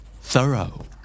Thorough